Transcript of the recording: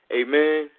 amen